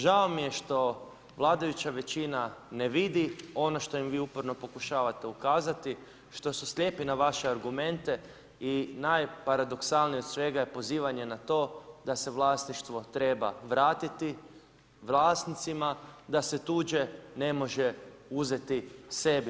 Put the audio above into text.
Žao mi je što vladajuća većina ne vidi ono što im vi uporno pokušavate ukazati, što su slijepi na vaše argumente i najparadoksalnije od svega je pozivanje na to da se vlasništvo treba vratiti vlasnicima, da se tuđe ne može uzeti sebi.